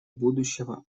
будущего